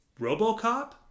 RoboCop